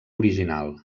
original